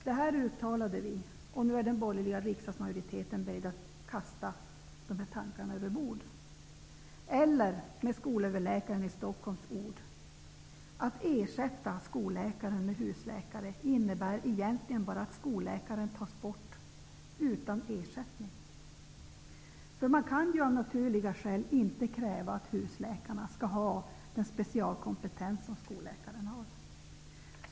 Det uttalade vi, och nu är den borgerliga riksdagsmajoriteten beredd att kasta de här tankarna överbord. Med skolöverläkarens i Stockholm ord kan man säga följande: att ersätta skolläkaren med husläkare innebär egentligen bara att skolläkaren tas bort -- utan ersättning. Man kan av naturliga skäl inte kräva att husläkarna skall ha den specialkompetens som skolläkaren har.